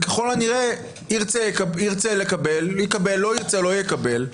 ככל הנראה ירצה-יקבל, לא ירצה-לא יקבל.